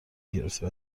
گرفته